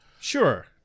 Sure